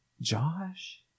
Josh